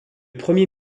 premier